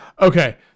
Okay